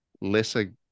lesser